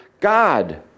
God